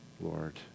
Lord